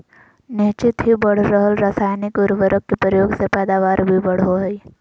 निह्चित ही बढ़ रहल रासायनिक उर्वरक के प्रयोग से पैदावार भी बढ़ो हइ